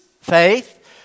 faith